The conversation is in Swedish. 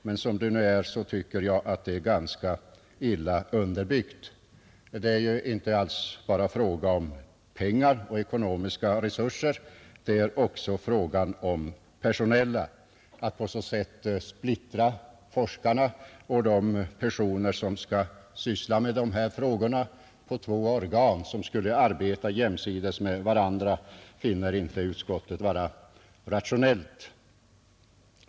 Men som det nu är tycker jag förslaget är ganska illa underbyggt. Det är ju inte alls bara fråga om pengar och ekonomiska resurser — det är också fråga om personella resurser. Att på det här sättet splittra forskarna och de personer som skall syssla med dessa frågor på två organ, som skulle arbeta jämsides med varandra, finner inte utskottet vara rationellt.